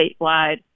statewide